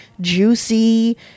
juicy